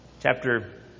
chapter